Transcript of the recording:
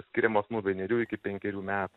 skiriamos nuo vienerių iki penkerių met